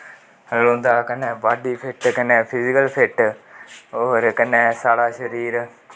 रौह्दा कन्नै body fit कन्नै फिज़िकल फिट्ट और कन्नै साढ़ा शरीर